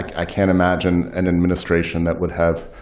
i can't imagine an administration that would have